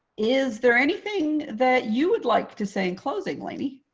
is there anything that you would like to say in closing, lainey?